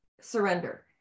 surrender